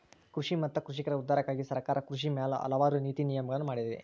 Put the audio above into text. ಕೃಷಿ ಮತ್ತ ಕೃಷಿಕರ ಉದ್ಧಾರಕ್ಕಾಗಿ ಸರ್ಕಾರ ಕೃಷಿ ಮ್ಯಾಲ ಹಲವಾರು ನೇತಿ ನಿಯಮಗಳನ್ನಾ ಮಾಡಿದೆ